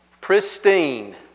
Pristine